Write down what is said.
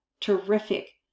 terrific